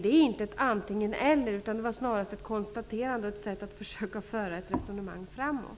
Det här är inte ett antingen--eller-resonemang utan snarare ett konstaterande och ett sätt att föra ett resonemang framåt.